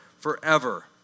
forever